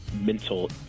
mental